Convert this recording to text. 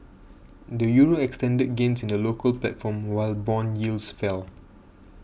the Euro extended gains in the local platform while bond yields fell